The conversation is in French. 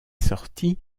sortie